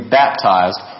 baptized